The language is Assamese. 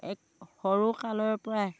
এক সৰুকালৰ পৰাই